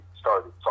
started